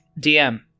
DM